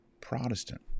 Protestant